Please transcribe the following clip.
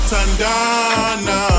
Tandana